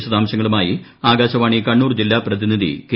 വിശദാംശങ്ങളുമായി ആകാശവാണി കണ്ണൂർ ജില്ലാ പ്രതിനിധി കെ